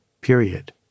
period